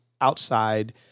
outside